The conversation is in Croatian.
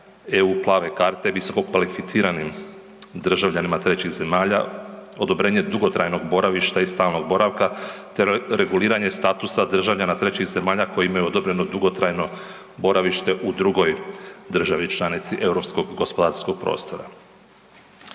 eu plave karte visokokvalificiranim državljanima trećih zemalja, odobrenje dugotrajnog boravišta i stalnog boravka te reguliranje statusa državljana trećih zemalja koji imaju odobreno dugotrajno boravište u drugoj državi članici Europskog gospodarskog prostora.